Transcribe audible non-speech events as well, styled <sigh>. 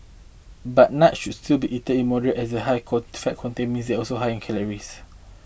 but nuts should still be eaten in moderate as the high <unintelligible> fat content means also high in calories